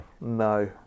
no